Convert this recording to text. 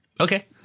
Okay